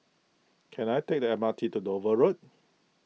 can I take the M R T to Dover Road